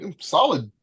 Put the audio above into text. Solid